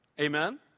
Amen